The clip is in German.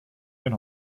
den